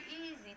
easy